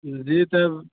جی تو